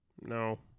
no